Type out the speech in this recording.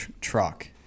truck